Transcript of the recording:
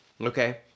okay